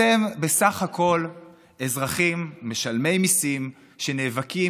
אתם בסך הכול אזרחים משלמי מיסים שנאבקים